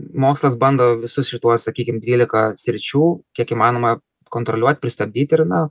mokslas bando visus šituos sakykim dvylika sričių kiek įmanoma kontroliuot pristabdyt ir na